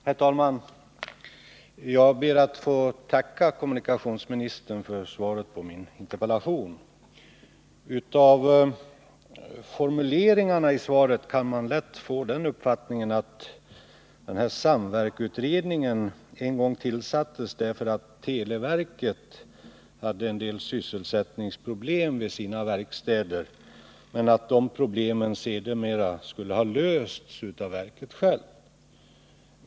Herr talman! Jag ber att få tacka kommunikationsministern för svaret på min interpellation. Av formuleringarna i svaret kan man lätt få den uppfattningen att den här SAMVERK-utredningen en gång tillsattes därför att televerket hade en del sysselsättningsproblem vid sina verkstäder men att dessa problem sedermera har lösts av verket självt.